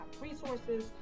resources